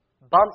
bumps